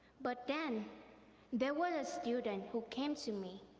but then there was a student who came to me,